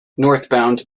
northbound